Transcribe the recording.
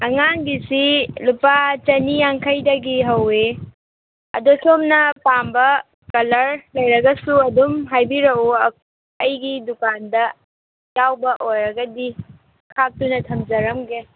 ꯑꯉꯥꯡꯒꯤꯁꯤ ꯂꯨꯄꯥ ꯆꯅꯤ ꯌꯥꯡꯈꯩꯗꯒꯤ ꯍꯧꯏ ꯑꯗꯣ ꯁꯣꯝꯅ ꯄꯥꯝꯕ ꯀꯂꯔ ꯂꯩꯔꯒꯁꯨ ꯑꯗꯨꯝ ꯍꯥꯏꯕꯤꯔꯛꯎ ꯑꯩꯒꯤ ꯗꯨꯀꯥꯟꯗ ꯌꯥꯎꯕ ꯑꯣꯏꯔꯒꯗꯤ ꯈꯥꯛꯇꯨꯅ ꯊꯝꯖꯔꯝꯒꯦ